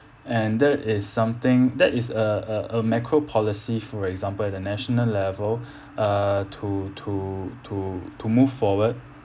and that is something that is uh uh a macro policy for example at a national level uh to to to to move forward